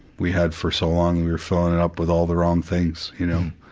we had for so long, and we were filling it up with all the wrong things, you know,